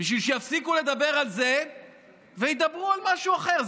בשביל שיפסיקו לדבר על זה וידברו על משהו אחר.